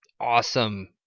awesome